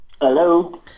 Hello